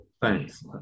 Thanks